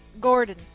Gordon